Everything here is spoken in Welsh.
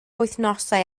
wythnosau